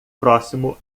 próximo